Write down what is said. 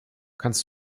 kannst